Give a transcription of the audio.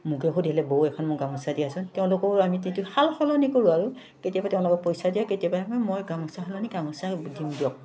মোকে সুধিলে বৌ এখন মোক গামোচা দিয়াচোন তেওঁলোকেও আমি তেতিয়া সাল সলনি কৰোঁ আৰু কেতিয়াবা তেওঁলোকে পইচা দিয়ে কেতিয়াবা আ মই গামোচা সলনি গামোচা দিম দিয়ক